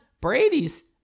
Brady's